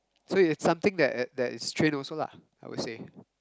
so it's something that that is trained also lah I would say